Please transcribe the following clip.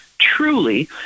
truly